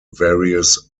various